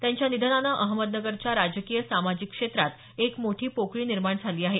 त्यांच्या निधनानं अहमदनगरच्या राजकीय सामाजिक क्षेत्रात एक मोठी पोकळी निर्माण झाली आहे